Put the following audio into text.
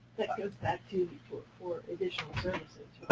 that goes back to for for additional